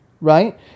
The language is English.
Right